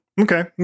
Okay